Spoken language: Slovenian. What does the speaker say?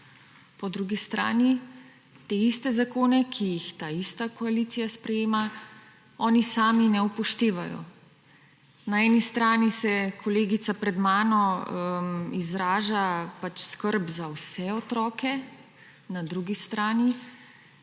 po drugi strani te iste zakone, ki jih ta ista koalicija sprejema, oni sami ne upoštevajo. Na eni strani se kolegica pred mano izraža, pač skrb za vse otroke, na drugi strani